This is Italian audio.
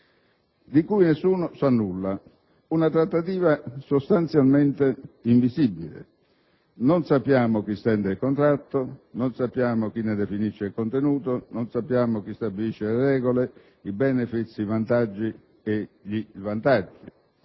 di cui nessuno sa nulla. Una trattativa sostanzialmente invisibile. Non sappiamo chi stende il contratto, chi ne definisce il contenuto, chi stabilisce le regole, i *benefit*, i vantaggi e gli svantaggi.